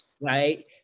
right